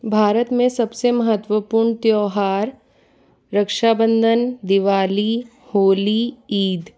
भारत में सबसे महत्वपूर्ण त्योहार रक्षाबंधन दिवाली होली ईद